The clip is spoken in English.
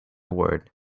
word